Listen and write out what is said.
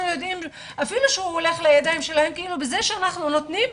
אפילו שהוא הולך לידיים שלהם, בזה שאנחנו נותנים,